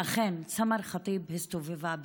ואכן, סמר ח'טיב הסתובבה בינינו.